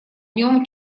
нем